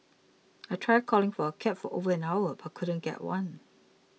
I tried calling for a cab for over an hour but couldn't get one